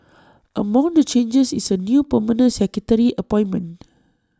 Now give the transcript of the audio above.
among the changes is A new permanent secretary appointment